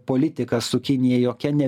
politika su kinija jokia ne